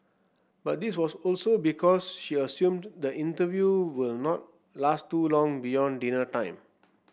but this was also because she assumed the interview will not last too long beyond dinner time